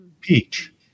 peach